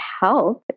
health